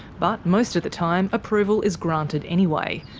but most of the time, approval is granted anyway,